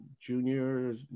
junior